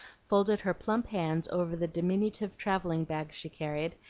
folded her plump hands over the diminutive travelling-bag she carried,